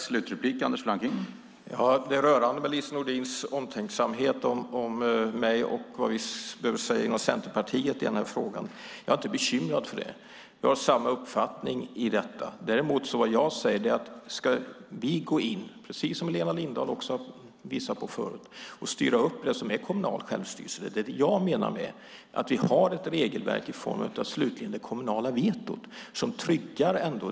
Herr talman! Det är rörande med Lise Nordins omtanke om mig och vad vi inom Centerpartiet bör säga i den här frågan. Jag är inte bekymrad för det. Jag har samma uppfattning i detta. Däremot säger jag, precis som Helena Lindahl tidigare visat på, att vi inte ska gå in och styra upp det som omfattas av det kommunala självstyret. Jag menar att vi har ett regelverk, i sista hand i form av det kommunala vetot, som tryggar detta.